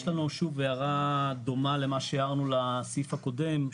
יש לנו שוב הערה דומה למה שהערנו לסעיף הקודם.